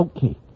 Okay